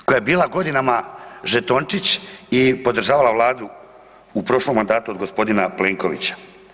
Koja je bila godinama žetončić i podržavala Vladu u prošlom mandatu od g. Plenkovića.